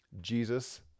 jesus